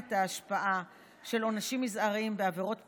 את ההשפעה של עונשים מזעריים בעבירות פליליות,